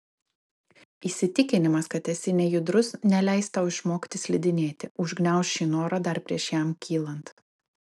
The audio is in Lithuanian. įsitikinimas kad esi nejudrus neleis tau išmokti slidinėti užgniauš šį norą dar prieš jam kylant